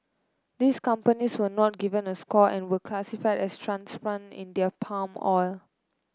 these companies were not given a score and were classified as transplant in their palm oil